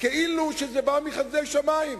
כאילו זה בא מחסדי שמים.